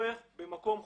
שופך במקום חוקי.